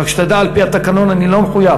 רק שתדע, על-פי התקנון אני לא מחויב.